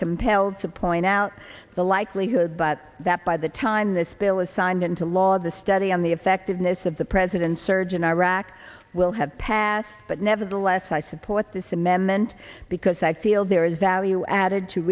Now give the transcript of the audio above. compelled to point out the likelihood that that by the time this bill is signed into law the study on the effectiveness of the president's surge in iraq will have passed but nevertheless i support this amendment because i feel there is value added to